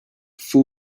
full